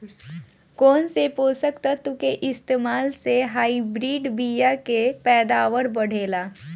कौन से पोषक तत्व के इस्तेमाल से हाइब्रिड बीया के पैदावार बढ़ेला?